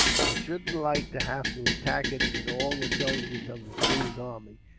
i shouldn't like to have to attack it, wid all the soldiers of the king's army,